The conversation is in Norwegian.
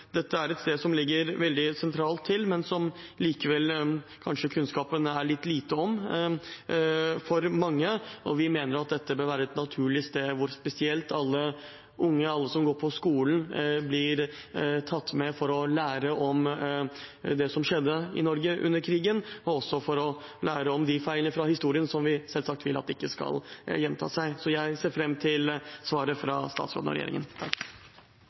Dette er et sted som ligger veldig sentralt til, men som det likevel kanskje er lite kunnskap om for mange. Vi mener at dette bør være et sted hvor det er naturlig at spesielt alle som går på skolen, blir tatt med for å lære om det som skjedde i Norge under krigen, og også for å lære av feil i historien som vi selvsagt ikke vil skal gjenta seg. Jeg ser fram til svaret fra statsråden og regjeringen.